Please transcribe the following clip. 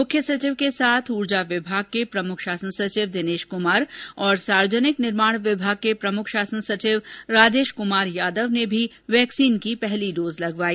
मुख्य सचिव के साथ ऊर्जा विभाग के प्रमुख शासन सचिव दिनेश कुमार तथा सार्वजनिक निर्माण विभाग के प्रमुख शासन सचिव राजेश कुमार यादव ने भी वैक्सीन की पहली डोज लगवाई